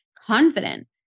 confident